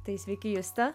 tai sveiki juste